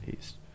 east